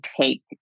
take